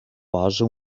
posa